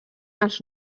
els